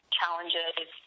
challenges